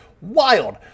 Wild